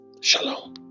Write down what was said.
Shalom